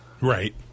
Right